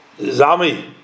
Zami